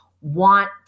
want